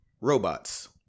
robots